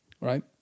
Right